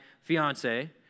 fiance